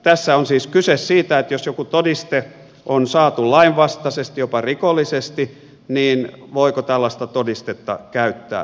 tässä on siis kyse siitä että jos joku todiste on saatu lainvastaisesti jopa rikollisesti niin voiko tällaista todistetta käyttää